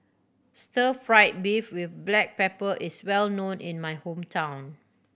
stir fried beef with black pepper is well known in my hometown